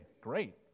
Great